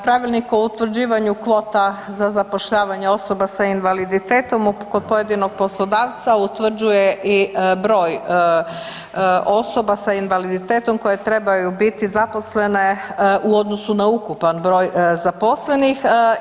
Pravilnik o utvrđivanju kvota za zapošljavanje osoba sa invaliditetom kod pojedinog poslodavca utvrđuje i broj osoba sa invaliditetom koje trebaju biti zaposlene u odnosu na ukupan broj zaposlenih.